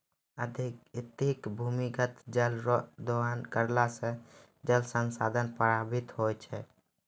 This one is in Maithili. अत्यधिक भूमिगत जल रो दोहन करला से जल संसाधन प्रभावित होय छै